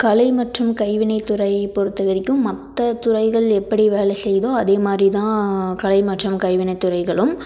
கலை மற்றும் கைவினைத் துறையைப் பொறுத்த வரைக்கும் மற்ற துறைகள் எப்படி வேலை செய்யுதோ அதே மாதிரி தான் கலை மற்றும் கைவினைத் துறைகளும்